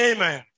Amen